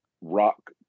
rock